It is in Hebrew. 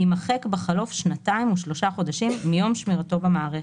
יימחק בחלוף שנתיים ושלושה חודשים מיום שמירתו במערכת.